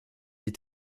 est